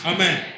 Amen